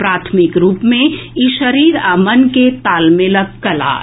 प्राथमिक रूप मे ई शरीर आ मन के तालमेलक कला अछि